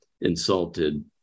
insulted